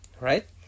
right